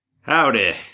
howdy